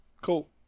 Cool